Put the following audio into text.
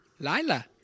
Lila